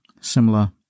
similar